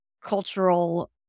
cultural